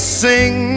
sing